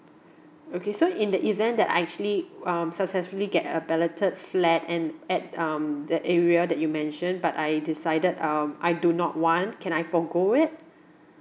okay so in the event that I actually um successfully get a balloted flat and at um the area that you mention but I decided um I do not want can I forgo it